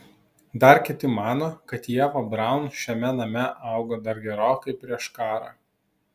dar kiti mano kad ieva braun šiame name augo dar gerokai prieš karą